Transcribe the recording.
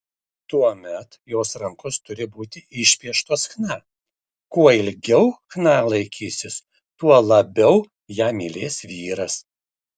tuomet jos rankos turi būti išpieštos chna kuo ilgiau chna laikysis tuo labiau ją mylės vyras